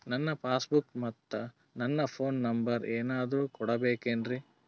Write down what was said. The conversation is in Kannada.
ನನ್ನ ಪಾಸ್ ಬುಕ್ ಮತ್ ನನ್ನ ಫೋನ್ ನಂಬರ್ ಏನಾದ್ರು ಕೊಡಬೇಕೆನ್ರಿ?